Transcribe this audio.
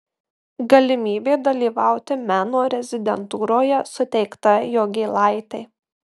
galimybė dalyvauti meno rezidentūroje suteikta jogėlaitei